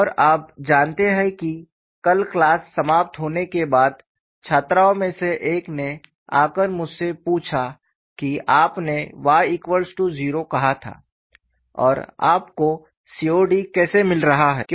और आप जानते हैं कि कल क्लास समाप्त होने के बाद छात्रों में से एक ने आकर मुझसे पूछा कि आपने y0 कहा था और आपको सीओडी कैसे मिल रहा है